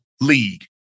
League